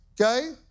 okay